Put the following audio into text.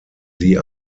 sie